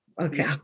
okay